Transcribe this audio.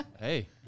Hey